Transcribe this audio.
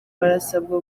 barasabwa